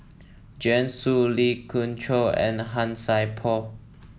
Joanne Soo Lee Khoon Choy and Han Sai Por